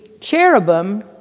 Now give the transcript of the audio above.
cherubim